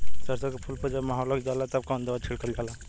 सरसो के फूल पर जब माहो लग जाला तब कवन दवाई छिड़कल जाला?